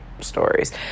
stories